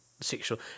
sexual